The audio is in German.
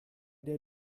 der